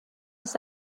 است